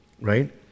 right